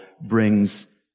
brings